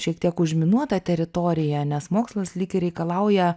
šiek tiek užminuotą teritoriją nes mokslas lyg reikalauja